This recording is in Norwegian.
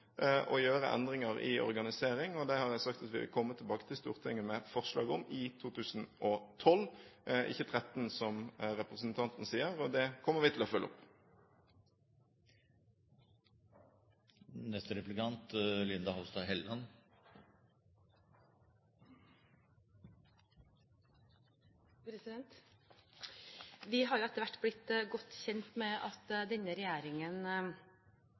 å gjøre endringer i organisering, og det har jeg sagt at vi vil komme tilbake til Stortinget med forslag om i 2012, ikke 2013 som representanten sier, og det kommer vi til å følge opp. Vi har etter hvert blitt godt kjent med at denne regjeringen